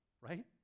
right